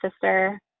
sister